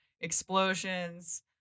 explosions